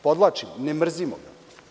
Podvlačim – ne mrzimo ga.